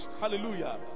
hallelujah